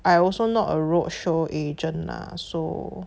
I also not a roadshow agent lah so